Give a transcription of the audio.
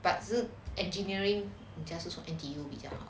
but 是 engineering also N_T_U 比较